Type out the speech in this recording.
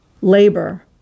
labor